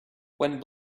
when